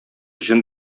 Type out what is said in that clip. җен